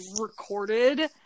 recorded